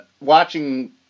watching